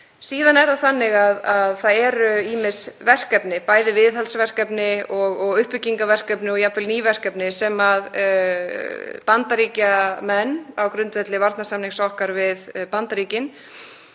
ljósleiðara. Síðan eru ýmis verkefni, bæði viðhaldsverkefni og uppbyggingarverkefni og jafnvel ný verkefni sem Bandaríkjamenn, á grundvelli varnarsamnings okkar við Bandaríkin,